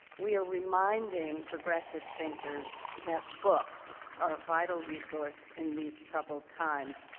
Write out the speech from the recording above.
we are reminding progressive thinkers that books are a vital resource in these troubled times,